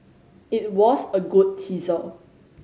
it was a good teaser